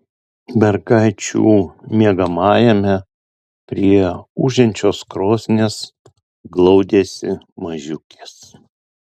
mergaičių miegamajame prie ūžiančios krosnies glaudėsi mažiukės